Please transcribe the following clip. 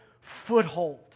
foothold